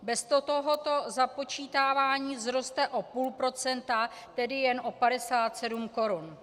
Bez tohoto započítávání vzroste o půl procenta, tedy jen o 57 korun.